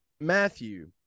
Matthew